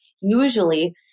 usually